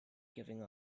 giving